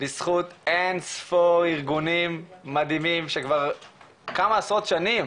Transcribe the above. לזכות אינספור ארגונים מדהימים שכבר כמה עשרות שנים